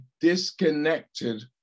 disconnected